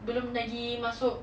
belum lagi masuk